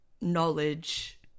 knowledge